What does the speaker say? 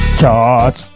charge